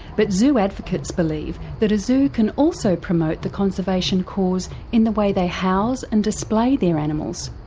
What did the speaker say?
but zoo advocates believe that a zoo can also promote the conservation cause in the way they house and display their animals.